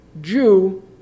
Jew